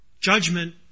Judgment